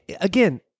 again